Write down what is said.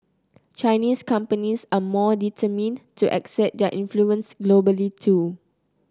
Chinese companies are more determined to exert their influence globally too